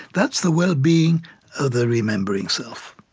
that's the well-being of the remembering self.